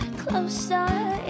closer